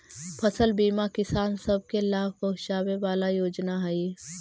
फसल बीमा किसान सब के लाभ पहुंचाबे वाला योजना हई